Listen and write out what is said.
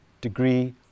degree